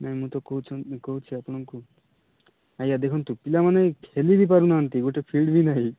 ନାଇଁ ମୁଁ ତ କହୁଛି ଆପଣଙ୍କୁ ଆଜ୍ଞା ଦେଖନ୍ତୁ ପିଲାମାନେ ଖେଲି ବି ପାରୁନାହାନ୍ତି ଗୋଟେ ଫିଲ୍ଡ ବି ନାହିଁ